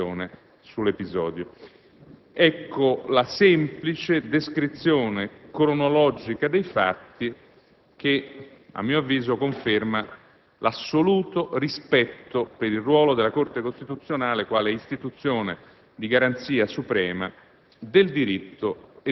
posizione sull'episodio. Ecco la semplice descrizione cronologica dei fatti, che, a mio avviso, conferma l'assoluto rispetto per il ruolo della Corte costituzionale, quale istituzione di garanzia suprema